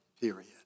period